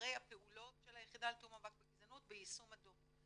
אחרי הפעולות של היחידה לתיאום המאבק בגזענות ביישום הדו"ח.